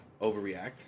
overreact